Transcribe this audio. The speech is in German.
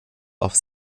auf